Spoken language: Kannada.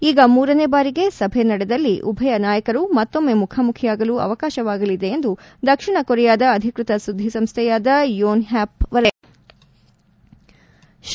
ಈಗ ಮೂರನೇ ಬಾರಿಗೆ ಸಭೆ ನಡೆದಲ್ಲಿ ಉಭಯ ನಾಯಕರು ಮತ್ತೊಮ್ನ ಮುಖಾಮುಖಿಯಾಗಲು ಅವಕಾಶವಾಗಲಿದೆ ಎಂದು ದಕ್ಷಿಣ ಕೊರಿಯಾದ ಅಧಿಕೃತ ಸುದ್ದಿಸಂಸ್ಥೆಯಾದ ಯೋನ್ಹ್ಯಾಪ್ ವರದಿ ಮಾಡಿದೆ